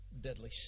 deadly